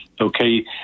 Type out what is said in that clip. okay